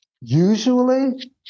usually